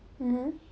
mmhmm